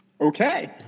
Okay